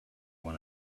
one